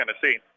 Tennessee